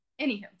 anywho